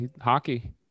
hockey